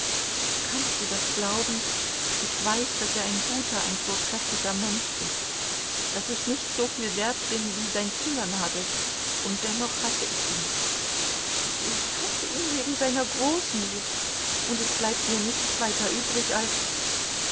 kannst du das glauben ich weiß daß er ein guter ein vortrefflicher mensch ist daß ich nicht soviel wert bin wie sein fingernagel und dennoch hasse ich ihn ich hasse ihn wegen seiner großmut und es bleibt mir nichts weiter übrig als